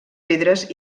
pedres